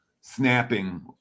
snapping